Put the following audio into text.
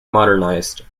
modernised